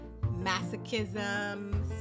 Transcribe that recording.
masochism